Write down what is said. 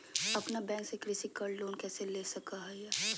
अपना बैंक से कृषि पर लोन कैसे ले सकअ हियई?